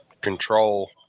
control